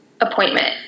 appointment